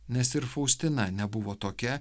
nes ir faustina nebuvo tokia